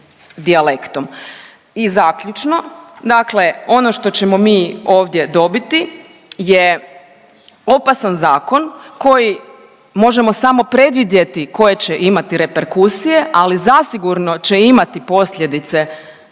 I zaključno, dakle ono što ćemo mi ovdje dobiti je opasan zakon koji možemo samo predvidjeti koje će imati reperkusije ali zasigurno će imati posljedice zlostavljanja